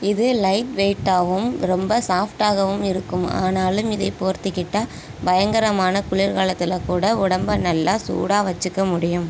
இது லைட் வெயிட்டாகவும் ரொம்ப சாஃப்டாகவும் இருக்கும் ஆனாலும் இதை போர்த்திக்கிட்டால் பயங்கரமான குளிர்காலத்தில் கூட உடம்பு நல்லா சூடாக வச்சுக்க முடியும்